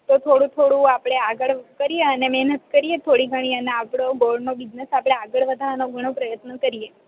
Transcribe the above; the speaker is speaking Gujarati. તો થોડું થોડું આપણે આગળ કરીએ અને મેહનત કરીએ થોડી ઘણી અને આપણો ગોળનો બિઝનેસ આગળ વધારવાનો ઘણો પ્રયત્ન કરીએ